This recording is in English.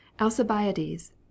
Alcibiades